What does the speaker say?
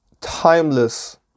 timeless